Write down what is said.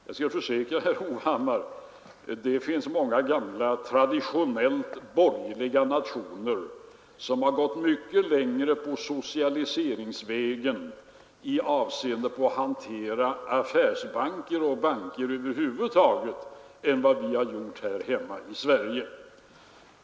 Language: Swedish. Jag kan försäkra herr Hovhammar att många gamla traditionellt borgerliga nationer har gått mycket längre på socialiseringsvägen i avseende på att hantera affärsbanker och banker över huvud taget än vad vi har gjort här hemma i Sverige.